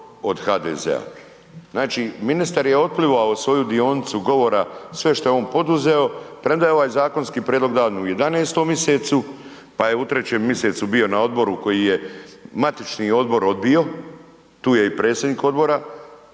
od HDZ-a. Znači, ministar je otplivao svoju dionicu govora sve šta je on poduzeo premda je ovaj zakonski prijedlog dan u 11. misecu, pa je u 3. misecu bio na odboru koji je matični odbor odbio, tu je i predsjednik odbora